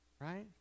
Right